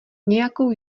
nějakou